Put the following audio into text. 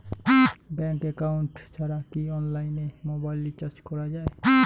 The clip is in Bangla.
ব্যাংক একাউন্ট ছাড়া কি অনলাইনে মোবাইল রিচার্জ করা যায়?